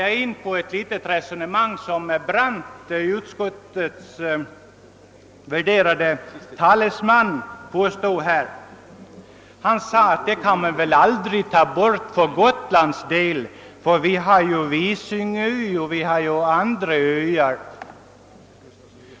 Jag skulle här vilja ta upp herr Brandts, utskottets värderade talesman, resonemang i detta sammanhang. Han sade att det inte kan bli tal om att göra något undantag för Gotland eftersom vi har Visingsö och andra öar.